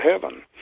heaven